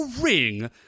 ring